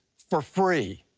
for free.